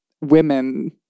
women